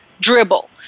dribble